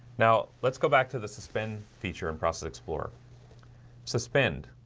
now, let's go back to the suspend feature and process explorer suspend